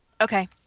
Okay